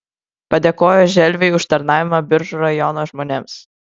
padėkojo želviui už tarnavimą biržų rajono žmonėms